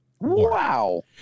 Wow